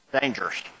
dangerous